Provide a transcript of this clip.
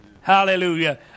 Hallelujah